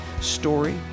story